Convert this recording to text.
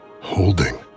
Holding